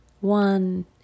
one